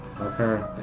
Okay